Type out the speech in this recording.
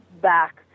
back